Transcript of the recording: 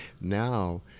Now